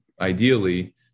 ideally